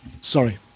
sorry